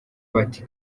bati